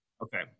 Okay